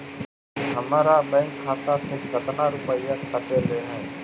हमरा बैंक खाता से कतना रूपैया कटले है?